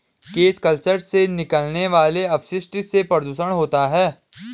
cage culture से निकलने वाले अपशिष्ट से प्रदुषण होता है